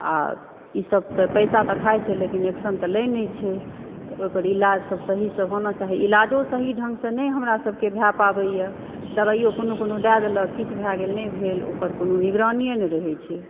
आ ई सब तऽ पैसा तऽ खाइ छै लेकिन एक्शन तऽ लै नहि छै तऽ ओहिपर इलाज सब सही सऽ होना चाही इलाजो सही ढंग सऽ नहि हमरा सबकेॅं भऽ पाबैया दवाइयो कोनो कोनो दय देलक किछु भऽ गेल नहि भेल ओकर कोनो निगरानिये नहि रहै छै